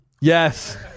Yes